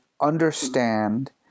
understand